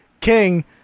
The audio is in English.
King